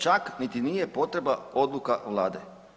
Čak niti nije potreba odluka Vlade.